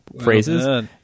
phrases